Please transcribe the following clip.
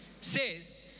says